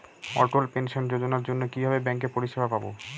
অটল pension যোজনার জন্য কিভাবে ব্যাঙ্কে পরিষেবা পাবো?